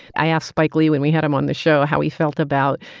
i asked spike lee when we had him on the show how he felt about,